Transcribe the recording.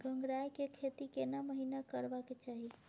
गंगराय के खेती केना महिना करबा के चाही?